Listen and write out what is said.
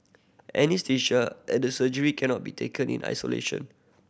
anaesthesia and surgery cannot be taken in isolation